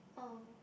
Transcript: oh